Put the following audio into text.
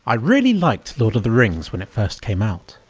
i really liked lord of the rings when it first came out.